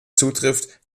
zutrifft